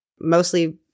mostly